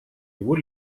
его